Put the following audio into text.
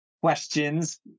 questions